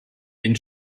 den